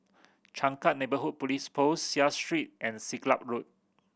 Changkat Neighbourhood Police Post Seah Street and Siglap Road